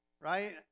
Right